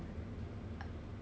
the coach got ask